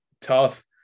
tough